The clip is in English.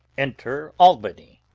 enter albany.